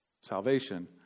Salvation